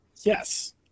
Yes